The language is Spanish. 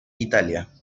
italia